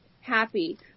happy